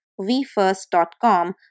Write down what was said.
vfirst.com